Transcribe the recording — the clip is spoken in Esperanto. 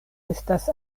estas